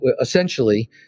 essentially